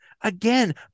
Again